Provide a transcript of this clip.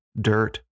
dirt